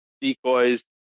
decoys